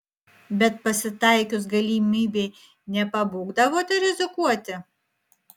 bet pasitaikius galimybei nepabūgdavote rizikuoti